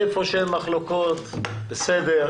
איפה שאין מחלוקות, בסדר.